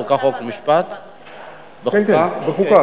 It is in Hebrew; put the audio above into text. באותה ועדה, בחוקה.